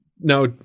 now